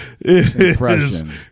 impression